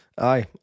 Aye